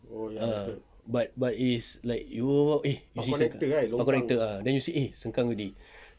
ah ah but but is like you walk walk eh park connector park connector then you see eh sengkang already